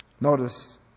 Notice